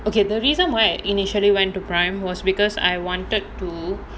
okay the reason why initially went to Prime was because I wanted to